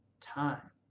time